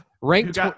ranked